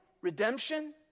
redemption